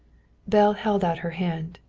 belle held out her hand.